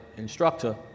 instructor